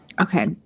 okay